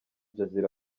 jazeera